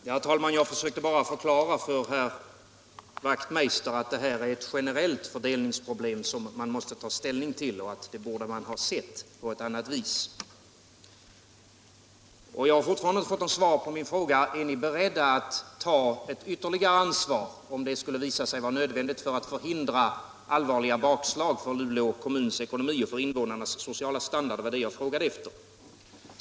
Herr talman! Jag försökte bara förklara för herr Wachtmeister i Staffanstorp att det här är ett generellt fördelningsproblem som man måste ta ställning till och att man borde ha sett det hela på ett annat vis än 63 man gjort. Jag har fortfarande inte fått något svar på min fråga: Är ni beredda att ta ytterligare ansvar om det skulle visa sig nödvändigt för att förhindra allvarliga bakslag för Luleå kommuns ekonomi och för invånarnas sociala standard? Det var det jag frågade efter.